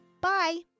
Bye